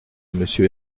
monsieur